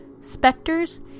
specters